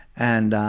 and